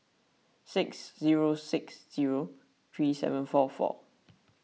six zero six zero three seven four four